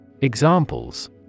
Examples